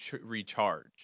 recharge